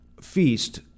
feast